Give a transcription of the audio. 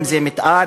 אם מתאר,